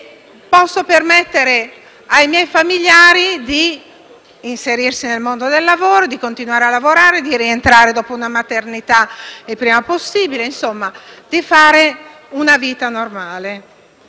permettendo ai propri familiari di inserirsi nel mondo del lavoro, di continuare a lavorare, di rientrare dopo una maternità il prima possibile, insomma di fare una vita normale